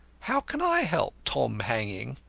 how can i help tom hanging?